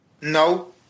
No